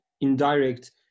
indirect